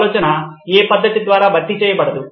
ఆలోచన ఏ పద్ధతి ద్వారా భర్తీ చేయబడదు